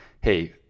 hey